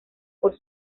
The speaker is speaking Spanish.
por